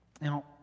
Now